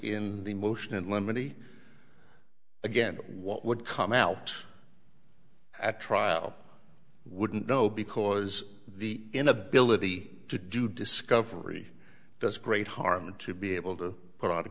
in the motion and lemony again what would come out at trial wouldn't know because the inability to do discovery does great harm to be able to put o